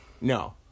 No